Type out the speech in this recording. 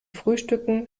frühstücken